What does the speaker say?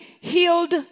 healed